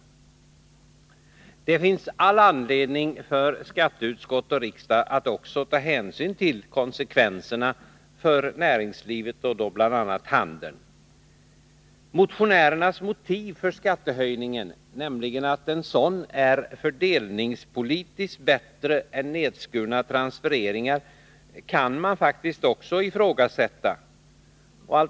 Det finns all anledning för skatteutskott och riksdag att också ta hänsyn till konsekvenserna för näringslivet, då bl.a. handeln. Motionärernas motiv för skattehöjningen — nämligen att en sådan är fördelningspolitiskt bättre än nedskurna transfereringar — kan man faktiskt också ifrågasätta.